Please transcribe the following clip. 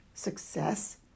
success